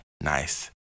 nice